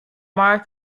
mark